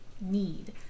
need